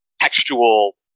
textual